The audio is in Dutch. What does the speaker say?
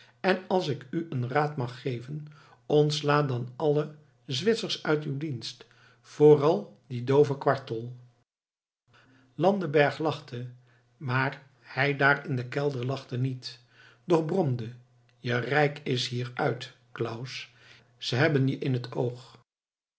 en als ik u een raad mag geven ontsla dan alle zwitsers uit uw dienst vooral dien dooven kwartel landenberg lachte maar hij daar in den kelder lachte niet doch bromde je rijk is hier uit claus ze hebben je in het oog